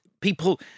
people